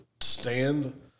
stand